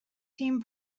team